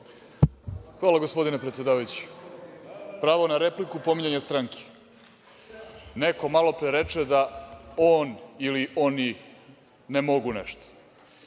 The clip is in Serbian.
Hvala, gospodine predsedavajući. Pravo na repliku, pominjanje stranke. Neko malopre reče da on ili oni ne mogu nešto.